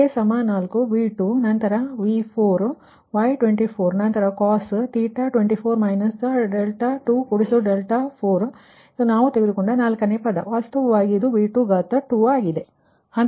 ಆದ್ದರಿಂದ ಜೊತೆಗೆ k 4 V2 ನಂತರ ನಿಮ್ಮ V4 ಮತ್ತು Y24 ನಂತರ cos 24 24 ಇದು ನಾವು ತೆಗೆದುಕೊಂಡ ನಾಲ್ಕನೇ ಪದ ಆದರೆ ಇದು ವಾಸ್ತವವಾಗಿ V22 ಆಗಿದೆ